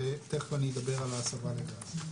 ותיכף אני אדבר על ההסבה לגז.